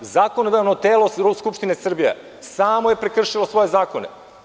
Zakonodavno telo , Skupština Srbije, samo je prekršilo svoje zakone.